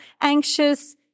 anxious